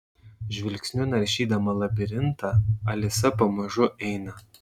žvilgsniu naršydama labirintą alisa pamažu eina